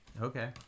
okay